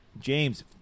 James